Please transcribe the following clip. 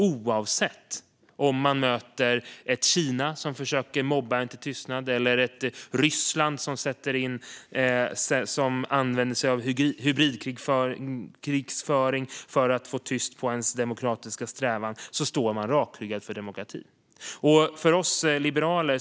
Oavsett om man möter ett Kina som försöker mobba en till tystnad eller ett Ryssland som använder sig av hybridkrigföring för att få tyst på ens demokratiska strävan står man rakryggad upp för demokratin.